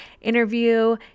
interview